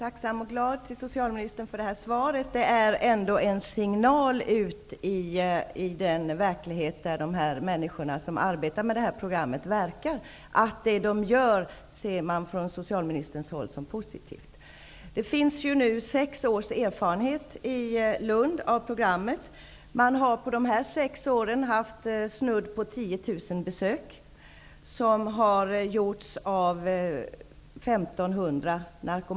Herr talman! Jag är tacksam och glad för detta svar. Det innebär en signal ut i den verklighet där de människor som arbetar med programmet verkar. Socialministern betraktar det de gör som positivt. Det finns nu sex års erfarenhet av programmet i Lund. Under dessa sex år har 1 500 narkomaner gjort nära 10 000 besök.